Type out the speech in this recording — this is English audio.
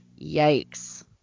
yikes